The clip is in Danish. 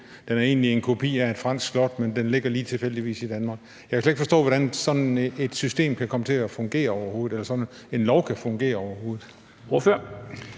Det er egentlig en kopi af et fransk slot, men det ligger tilfældigvis i Danmark. Jeg kan slet ikke forstå, hvordan sådan et system eller sådan en lov kan komme til at fungere overhovedet.